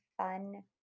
fun